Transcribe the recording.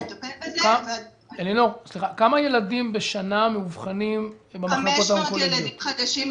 כמה ילדים בשנה מאובחנים במחלקות האונקולוגיות?